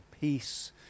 peace